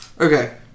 Okay